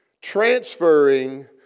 transferring